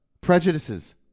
prejudices